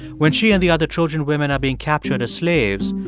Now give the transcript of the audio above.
when she and the other trojan women are being captured as slaves,